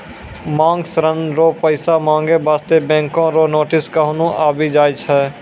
मांग ऋण रो पैसा माँगै बास्ते बैंको रो नोटिस कखनु आबि जाय छै